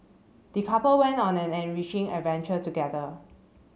the couple went on an enriching adventure together